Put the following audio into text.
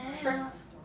tricks